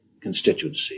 constituency